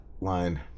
line